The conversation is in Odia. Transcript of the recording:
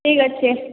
ଠିକ ଅଛି